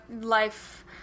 life